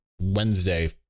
wednesday